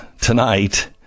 tonight